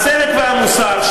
הצדק והמוסר,